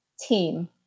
team